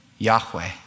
Yahweh